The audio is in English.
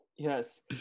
Yes